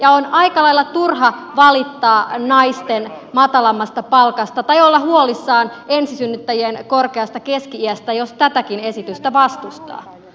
ja on aika lailla turha valittaa naisten matalammasta palkasta tai olla huolissaan ensisynnyttäjien korkeasta keski iästä jos tätäkin esitystä vastustaa